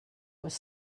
was